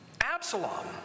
Absalom